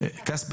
כספי